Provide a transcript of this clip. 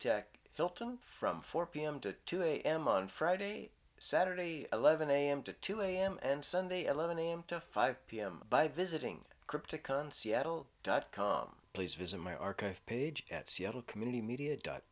tac hilton from four pm to two am on friday saturday eleven am to two am and sunday eleven am to five pm by visiting cryptic on seattle dot com please visit my archive page at seattle community media dot